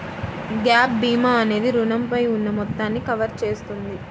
gap భీమా అనేది రుణంపై ఉన్న మొత్తాన్ని కవర్ చేస్తుంది